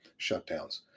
shutdowns